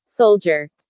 Soldier